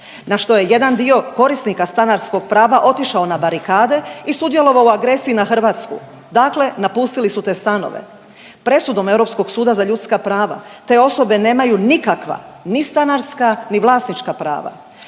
na što je jedan dio korisnika stanarskog prava otišao na barikade i sudjelovao u agresiji na Hrvatsku, dakle napustili su te stanove. Presudom Europskog suda za ljudska prava te osobe nemaju nikakva ni stanarska, ni vlasnička prava.